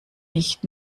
nicht